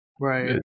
Right